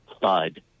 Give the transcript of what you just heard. thud